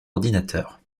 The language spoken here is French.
ordinateur